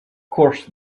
course